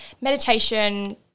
meditation